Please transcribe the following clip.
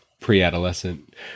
pre-adolescent